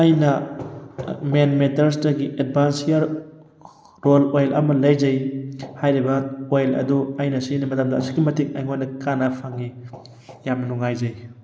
ꯑꯩꯅ ꯃꯦꯟ ꯃꯦꯇꯔꯁꯇꯒꯤ ꯑꯦꯗꯕꯥꯟꯁ ꯍꯤꯌꯥꯔ ꯔꯣꯟ ꯑꯣꯏꯜ ꯑꯃ ꯂꯩꯖꯩ ꯍꯥꯏꯔꯤꯕ ꯑꯣꯏꯜ ꯑꯗꯨ ꯑꯩꯅ ꯁꯤꯖꯤꯟꯅꯕ ꯃꯇꯝꯗ ꯑꯁꯨꯛꯀꯤ ꯃꯇꯤꯛ ꯑꯩꯉꯣꯟꯗ ꯀꯥꯟꯅꯕ ꯐꯪꯉꯤ ꯌꯥꯝꯅ ꯅꯨꯡꯉꯥꯏꯖꯩ